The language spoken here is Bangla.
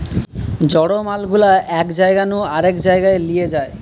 জড় মাল গুলা এক জায়গা নু আরেক জায়গায় লিয়ে যায়